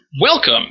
Welcome